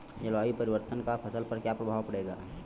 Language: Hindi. जलवायु परिवर्तन का फसल पर क्या प्रभाव पड़ेगा?